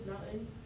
mountain